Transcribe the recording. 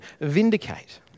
vindicate